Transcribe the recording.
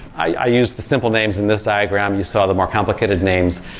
i used the simple names in this diagram. you saw the more complicated names.